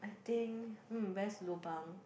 I think mm best lobang